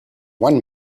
one